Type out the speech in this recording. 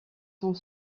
sont